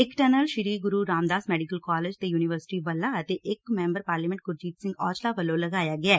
ਇੱਕ tunnel Sri Guru Ramdas medical college ਤੇ university ਵੱਲਾ ਅਤੇ ਇੱਕ ਮੈਂਬਰ ਪਾਰਲੀਮੈਂਟ ਗੁਰਜੀਤ ਸਿੰਘ ਔਜਲਾ ਵੱਲੋ ਲਗਾਇਆ ਗਿਐ